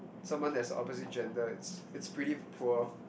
someone that's opposite gender is is pretty poor